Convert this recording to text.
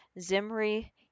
Zimri